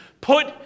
Put